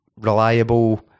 reliable